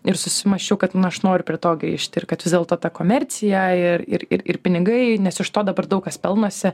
ir susimąsčiau kad na aš noriu prie to grįžti ir kad vis dėlto ta komercija ir ir ir ir pinigai nes iš to dabar daug kas pelnosi